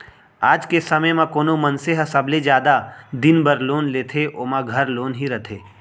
आज के समे म कोनो मनसे ह सबले जादा जादा दिन बर लोन लेथे ओमा घर लोन ही रथे